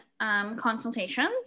consultations